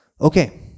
Okay